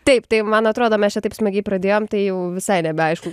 taip tai man atrodo mes čia taip smagiai pradėjom tai jau visai nebeaišku